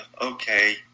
okay